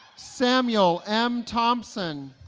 samuel m. thompson